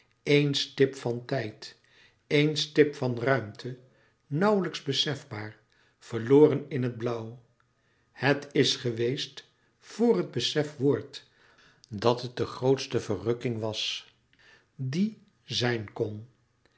eén stip van tijd eén stip van ruimte nauwlijks besef baar verloren in het blauw het is geweest voor het beseft wordt dat het de grootste vergelukking was die zijn kon